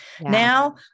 now